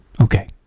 okay